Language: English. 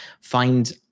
find